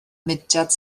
mudiad